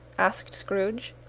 asked scrooge.